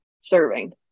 serving